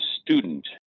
student